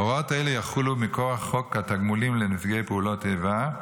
הוראות אלה יחולו מכוח חוק התגמולים לנפגעי פעולות איבה,